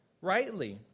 rightly